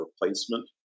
replacement